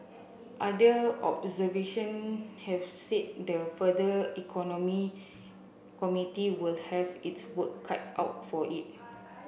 other observation have said the farther economy committee will have its work cut out for it